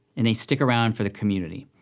and they stick around for the community,